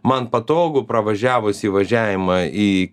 man patogu pravažiavus įvažiavimą į